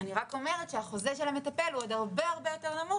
אני רק אומרת שהחוזה של המטפל הוא עוד הרבה יותר נמוך,